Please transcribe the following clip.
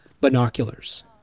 binoculars